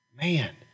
Man